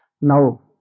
Now